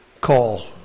call